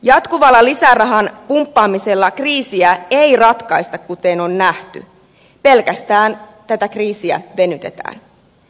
jatkuvalla lisärahan pumppaamisella kriisiä ei ratkaista kuten on nähty pelkästään tätä kriisiä venytetään